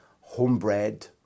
homebred